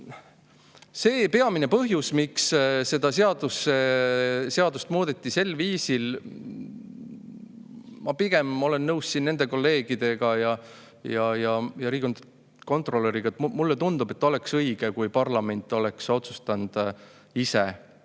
see peamine põhjus, miks seda seadust muudetakse sel viisil. Ma pigem olen nõus [osa] kolleegidega ja riigikontrolöriga, mulle tundub ka, et oleks õige, kui parlament oleks otsustanud ise